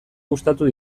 gustatu